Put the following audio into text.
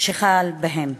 שקרה להם.